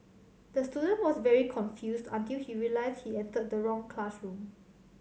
the student was very confused until he realised he entered the wrong classroom